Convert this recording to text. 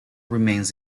remains